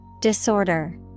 Disorder